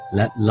let